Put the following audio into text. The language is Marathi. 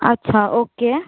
अच्छा ओके